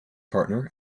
partner